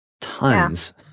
tons